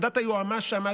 עמדת היועמ"ש שם,